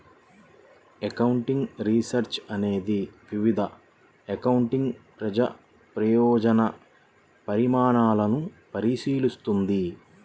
accounting research అనేది వివిధ accounting ప్రజా ప్రయోజన పరిణామాలను పరిశీలిస్తుంది